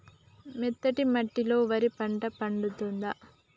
మెత్తటి మట్టిలో వరి పంట పండుద్దా?